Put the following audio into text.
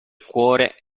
cuore